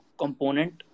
component